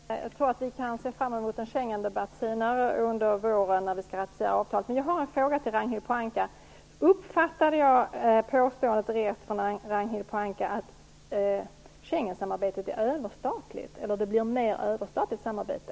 Fru talman! Jag tror att vi kan se fram emot en Schengendebatt senare under våren när vi skall ratificera avtalet. Jag har en fråga: Uppfattade jag Ragnhild Pohankas påstående rätt att Schengensamarbetet är överstatligt, eller att det blir mer överstatligt samarbete?